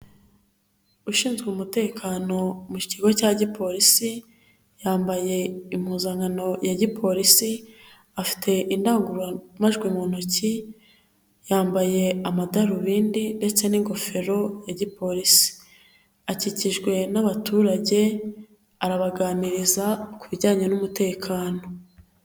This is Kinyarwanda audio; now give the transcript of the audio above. Ushinzwe umutekano mu kigo cya gipolisi, yambaye impuzankano ya gipolisi, afite indangurumajwi mu ntoki, yambaye amadarubindi ndetse n'ingofero ya gipolisi, akikijwe n'abaturage, arabaganiriza ku bijyanye n'umutekano.